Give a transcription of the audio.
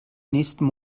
nächsten